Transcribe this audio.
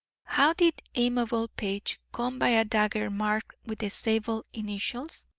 how did amabel page come by a dagger marked with the zabel initials?